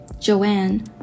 Joanne